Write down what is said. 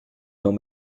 dans